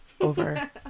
over